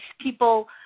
people